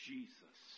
Jesus